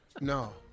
No